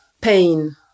pain